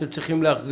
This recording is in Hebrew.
אתם צריכים להחזיר.